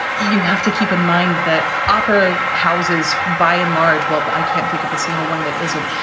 you have to keep in mind that opera houses, by and large. well, i can't think of a single one that isn't.